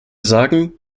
sagen